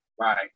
right